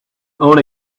own